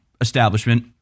establishment